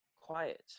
quiet